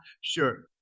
Sure